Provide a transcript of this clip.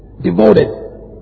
devoted